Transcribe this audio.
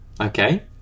Okay